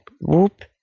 WHOOP